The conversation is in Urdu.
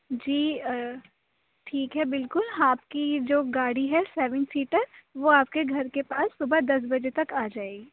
جی ٹھیک ہے بالکل آپ کی جو گاڑی ہے سیون سیٹر وہ آپ کے گھر کے پاس صُبح دس بجے تک آ جائے گی